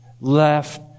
left